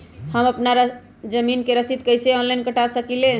हम अपना जमीन के रसीद कईसे ऑनलाइन कटा सकिले?